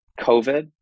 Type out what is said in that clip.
COVID